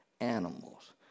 animals